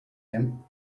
him